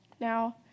Now